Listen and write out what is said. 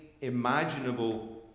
imaginable